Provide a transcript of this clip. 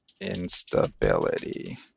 instability